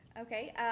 Okay